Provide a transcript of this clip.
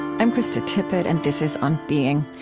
i'm krista tippett, and this is on being.